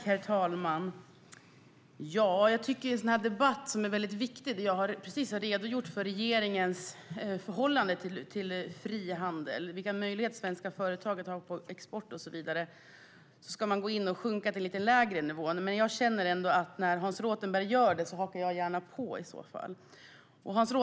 Herr talman! Denna debatt är viktig. Jag har precis redogjort för regeringens förhållande till frihandel och vilka möjligheter som svenska företag har att gå på export och så vidare. Och så går man in och sjunker till en lägre nivå, men när Hans Rothenberg gör det hakar jag gärna på.